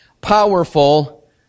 powerful